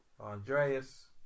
Andreas